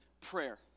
prayer